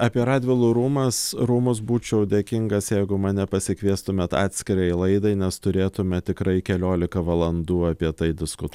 apie radvilų rūmas rūmus būčiau dėkingas jeigu mane pasikviestumėt atskirai laidai nes turėtume tikrai keliolika valandų apie tai disku